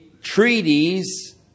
treaties